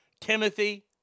Timothy